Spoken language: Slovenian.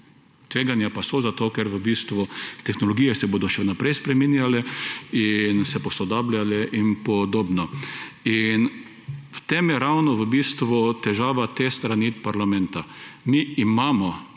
Tveganja pa so, zato ker v bistvu tehnologije se bodo še naprej spreminjale in se posodabljale in podobno. V tem je ravno v bistvu težava te strani parlamenta. Mi imamo